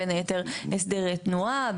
בין היתר הסדרי תנועה,